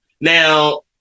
Now